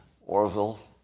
Orville